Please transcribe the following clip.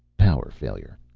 power failure.